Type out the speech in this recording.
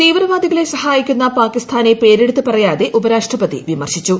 തീവ്രവാദികളെ സഹായിക്കുന്ന പാകിസ്ഥാനെ പേരെടുത്തു പറയാതെ ഉപരാഷ്ട്രപതി വിമർശിച്ചു